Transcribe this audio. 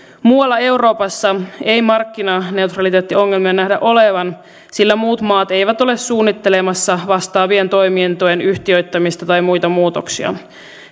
muualla euroopassa ei markkinaneutraliteettiongelmia nähdä olevan sillä muut maat eivät ole suunnittelemassa vastaavien toimintojen yhtiöittämistä tai muita muutoksia